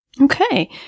Okay